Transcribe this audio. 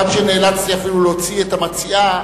עד שנאלצתי אפילו להוציא את המציעה,